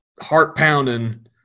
heart-pounding –